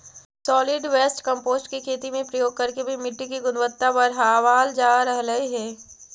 solid waste compost को खेती में प्रयोग करके भी मिट्टी की गुणवत्ता बढ़ावाल जा रहलइ हे